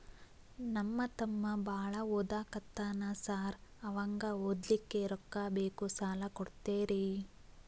ನಮ್ಮ ತಮ್ಮ ಬಾಳ ಓದಾಕತ್ತನ ಸಾರ್ ಅವಂಗ ಓದ್ಲಿಕ್ಕೆ ರೊಕ್ಕ ಬೇಕು ಸಾಲ ಕೊಡ್ತೇರಿ?